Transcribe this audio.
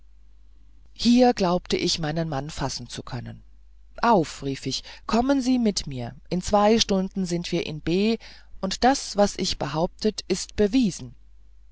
hier glaubte ich meinen mann fassen zu können auf rief ich kommen sie mit mir in zwei stunden sind wir in b und das was ich behauptet ist bewiesen